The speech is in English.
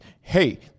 Hey